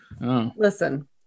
Listen